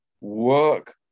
work